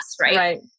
Right